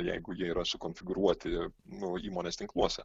jeigu jie yra sukonfigūruoti nu įmonės tinkluose